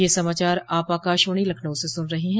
ब्रे क यह समाचार आप आकाशवाणी लखनऊ से सुन रहे हैं